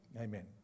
Amen